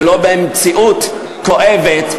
ולא במציאות כואבת,